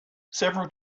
several